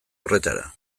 horretara